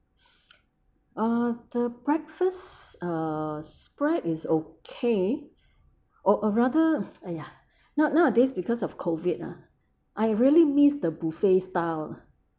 uh the breakfast uh spread is okay uh uh rather !aiya! now nowadays because of COVID lah I really miss the buffet style lah